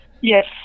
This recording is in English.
Yes